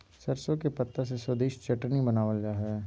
सरसों के पत्ता से स्वादिष्ट चटनी बनावल जा हइ